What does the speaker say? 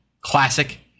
Classic